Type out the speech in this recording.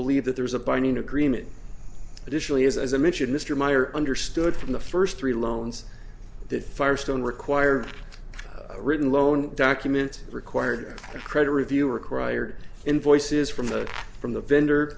believe that there is a binding agreement additionally as as i mentioned mr meyer understood from the first three loans that firestone required a written loan documents required credit reviewer cryer invoices from the from the vendor